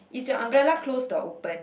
is your umbrella closed or open